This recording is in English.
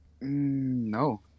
no